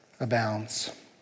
abounds